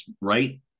right